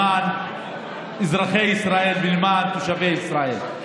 למען אזרחי ישראל ולמען תושבי ישראל.